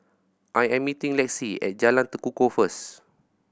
I am meeting Lexie at Jalan Tekukor first